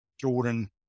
Jordan